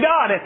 God